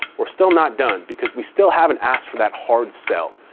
we're still not done, because we still haven't asked for that hard sell.